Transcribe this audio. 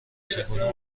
چگونه